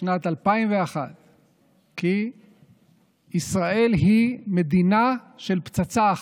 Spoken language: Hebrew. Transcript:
בשנת 2001 כי ישראל היא מדינה של פצצה אחת.